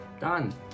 Done